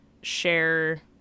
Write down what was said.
share